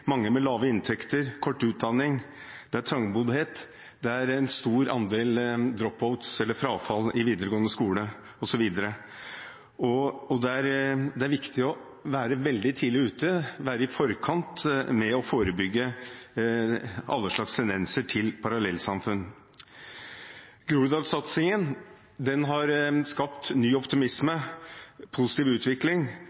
mange med lave inntekter, kort utdanning, det er trangboddhet, det er en stor andel «dropouts», frafall i videregående skole, osv. Det er viktig å være veldig tidlig ute, være i forkant med å forebygge alle slags tendenser til parallellsamfunn. Groruddalssatsingen har skapt ny optimisme